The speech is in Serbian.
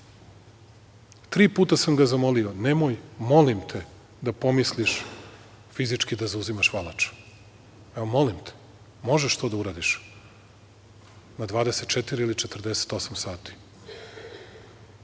Tri puta sam ga zamolio – nemoj, molim te, da pomisliš fizički da zauzimaš Valač, evo, molim te, možeš to da uradiš na 24 ili 48 sati,